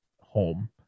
home